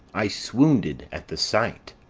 i swounded at the sight.